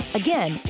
again